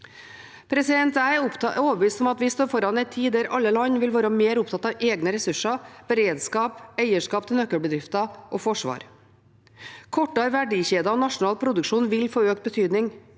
Jeg er overbevist om at vi står foran en tid der alle land vil være mer opptatt av egne ressurser, beredskap, eierskap til nøkkelbedrifter og forsvar. Kortere verdikjeder og nasjonal produksjon vil få økt betydning.